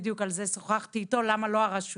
בדיוק על זה שוחחתי איתו, למה לא הרשויות.